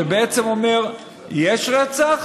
שבעצם אומר שיש רצח